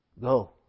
Go